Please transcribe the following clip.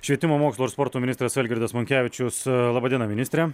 švietimo mokslo ir sporto ministras algirdas monkevičius laba diena ministre